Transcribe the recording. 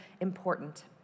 important